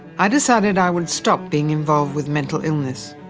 i decided i would stop being involved with mental illness.